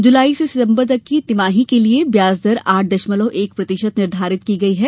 जुलाई से सितम्बर की तिमाही के लिये ब्याज दर आठ दशमलव एक प्रतिशत निर्धारित की गई है